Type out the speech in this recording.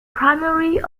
primary